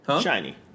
Shiny